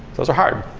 those are hard,